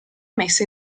messa